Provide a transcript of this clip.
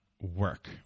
work